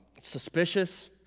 suspicious